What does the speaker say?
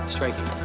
Striking